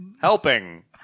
helping